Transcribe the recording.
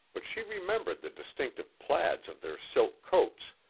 but she remembered the distinctive plaids of their silk coats,